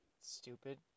stupid